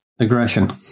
Aggression